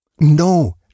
No